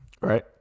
right